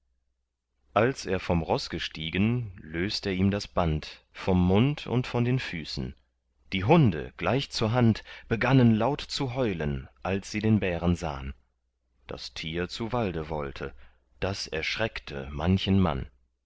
als er vom roß gestiegen löst er ihm das band vom mund und von den füßen die hunde gleich zur hand begannen laut zu heulen als sie den bären sahn das tier zu walde wollte das erschreckte manchen mann